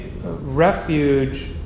refuge